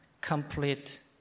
complete